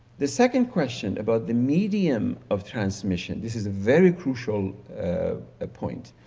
the second question about the medium of transmission. this is a very crucial ah ah point.